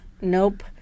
nope